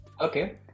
Okay